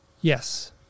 Yes